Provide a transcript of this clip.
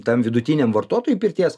tam vidutiniam vartotojui pirties